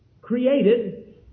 created